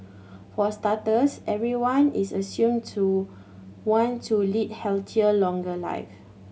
for starters everyone is assumed to want to lead healthier longer live